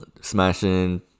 Smashing